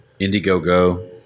Indiegogo